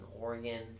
Oregon